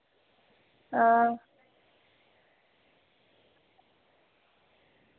आं